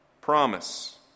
promise